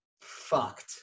fucked